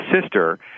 sister